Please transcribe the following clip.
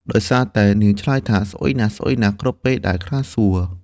ដោយសារតែនាង ឆ្លើយថា ស្អុយណាស់ៗ គ្រប់ពេលដែលខ្លាសួរ។